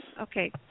Okay